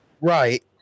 Right